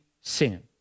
sin